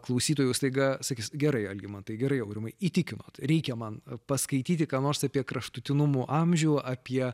klausytojų staiga sakys gerai algimantai gerai aurimai įtikinot reikia man paskaityti ką nors apie kraštutinumų amžių apie